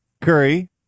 Curry